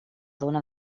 dona